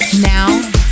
now